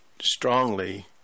strongly